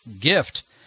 Gift